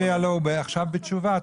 אל תפריע לו, הוא עכשיו בתשובה.